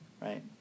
right